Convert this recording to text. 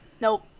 Nope